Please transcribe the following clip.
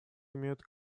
имеют